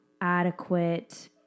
adequate